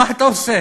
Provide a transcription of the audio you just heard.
מה אתה עושה?